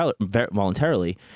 voluntarily